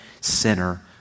sinner